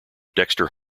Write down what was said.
dexter